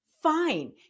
Fine